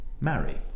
marry